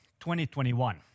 2021